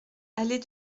allée